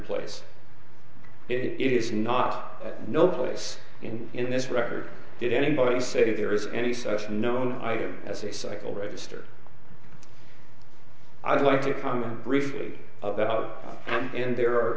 place it is not no place in in this record did anybody say there is any such known item as a cycle register i'd like to comment briefly about and there